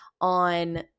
on